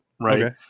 Right